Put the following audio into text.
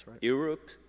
Europe